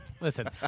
Listen